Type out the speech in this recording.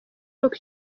n’uko